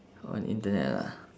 on internet ah